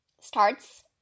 starts